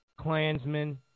Klansmen